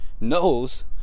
Knows